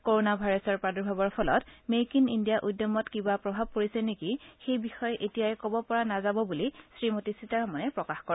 corona ভাইৰাছৰ প্ৰাদূৰ্ভাৱৰ ফলত মেক ইন ইণ্ডিয়া উদ্যমত কিবা প্ৰভাৱ পৰিছে নেকি সেই বিষযে এতিয়াই কব পৰা নাযাব বুলি শ্ৰীমতী সীতাৰমনে প্ৰকাশ কৰে